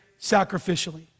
sacrificially